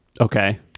Okay